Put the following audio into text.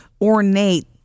ornate